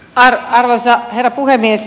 arvoisa herra puhemies